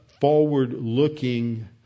forward-looking